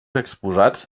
exposats